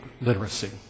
literacy